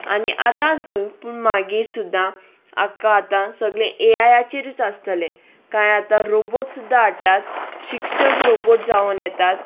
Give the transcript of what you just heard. आनी आतांच न्हय पूण मागीर सुद्दां आक्खां आतां सगळें एआयाचेरूच आसतले कांय आतां रोबोट सुद्दा हाडटात शिक्षक रोबोट जावन येतात